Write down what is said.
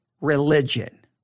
religion